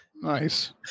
Nice